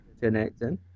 Connecting